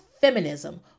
feminism